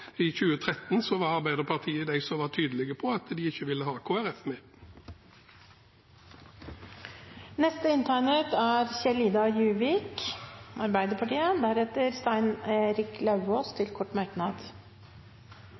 i 2013 var Arbeiderpartiet de som var tydelige på at de ikke ville ha Kristelig Folkeparti med.